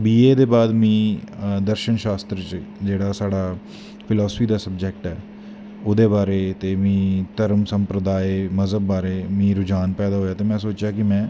बी A दे बाद में दर्शन शास्त्र च जेहाड़ा साढ़ा फिलासफी दा स्वजैक्ट ऐ ओह्दे बारे ते में धर्म संप्रदाय बारे मीं रूझान पैदा होया ते में सोचेआ में